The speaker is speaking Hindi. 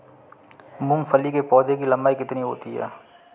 मूंगफली के पौधे की लंबाई कितनी होती है?